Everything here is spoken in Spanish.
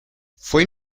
fue